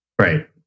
Right